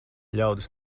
ļaudis